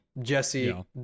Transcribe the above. Jesse